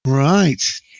Right